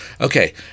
Okay